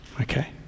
okay